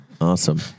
Awesome